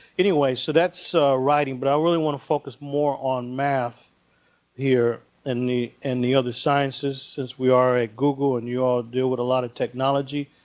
anyway, so that's writing. but i really want to focus more on math here and the and the other sciences since we are at google and you all deal with a lot of technology.